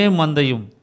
Mandayum